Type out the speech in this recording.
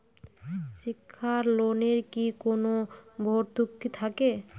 শিক্ষার লোনে কি কোনো ভরতুকি থাকে?